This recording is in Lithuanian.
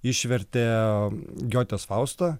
išvertė getės faustą